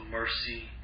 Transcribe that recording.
mercy